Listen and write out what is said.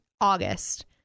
August